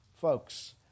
folks